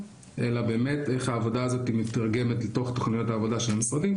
אלא באמת איך העבודה הזאת מיתרגמת לתוך תוכניות העבודה של המשרדים,